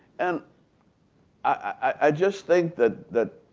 and i just think that that